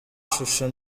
shusho